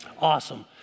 Awesome